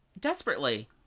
Desperately